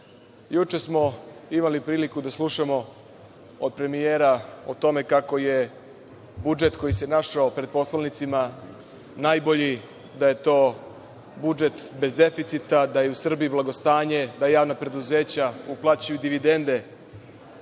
EPS.Juče smo imali priliku da slušamo od premijera o tome kako je budžet koji se našao pred poslanicima, najbolji, da je to budžet bez deficita, da je u Srbiji blagostanje, da javna preduzeća uplaćuju dividende